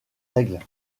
règles